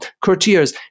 courtiers